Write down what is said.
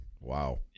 Wow